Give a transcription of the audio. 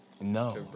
No